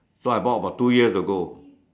so I bought about two years ago